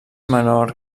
menor